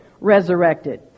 resurrected